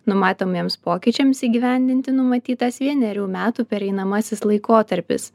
numatomiems pokyčiams įgyvendinti numatytas vienerių metų pereinamasis laikotarpis